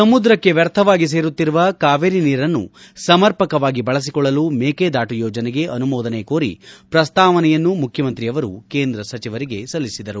ಸಮುದ್ರಕ್ಷೆ ವ್ಯರ್ಥವಾಗಿ ಸೇರುತ್ತಿರುವ ಕಾವೇರಿ ನೀರನ್ನು ಸಮರ್ಪಕವಾಗಿ ಬಳಸಿಕೊಳ್ಳಲು ಮೇಕೆದಾಟು ಯೋಜನೆಗೆ ಅನುಮೋದನೆ ಕೋರಿ ಪ್ರಸ್ತಾವನೆಯನ್ನು ಮುಖ್ಯಮಂತ್ರಿಯವರು ಕೇಂದ್ರ ಸಚಿವರಿಗೆ ಸಲ್ಲಿಸಿದರು